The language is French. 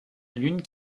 lune